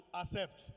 accept